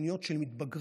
בפניות של מתבגרים.